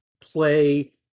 play